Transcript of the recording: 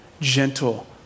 gentle